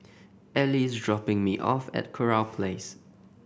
Eli is dropping me off at Kurau Place